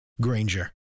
Granger